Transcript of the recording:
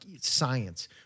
science